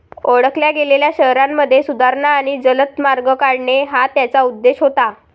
ओळखल्या गेलेल्या शहरांमध्ये सुधारणा आणि जलद मार्ग काढणे हा त्याचा उद्देश होता